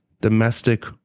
domestic